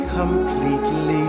completely